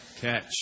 catch